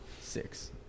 six